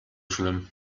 schlimm